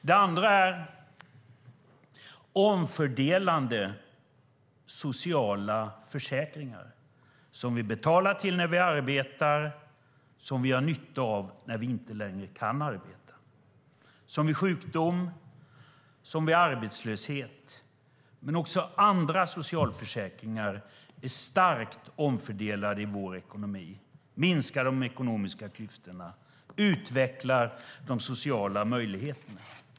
Det andra är omfördelande sociala försäkringar, som vi betalar till när vi arbetar och som vi har nytta av när vi inte längre kan arbeta, som vid sjukdom och arbetslöshet. Men även andra sociala försäkringar är starkt omfördelande i vår ekonomi, minskar de ekonomiska klyftorna och utvecklar de sociala möjligheterna.